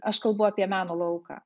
aš kalbu apie meno lauką